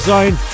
Zone